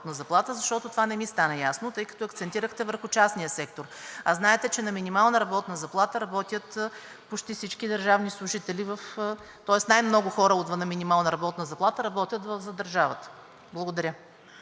за държавата. Благодаря.